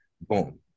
boom